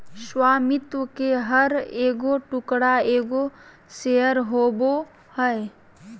स्वामित्व के हर एगो टुकड़ा एगो शेयर होबो हइ